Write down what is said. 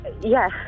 Yes